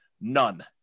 None